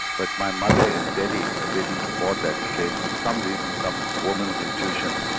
but my mother in delhi, awaiting to board that train for some reason, some woman's intuition,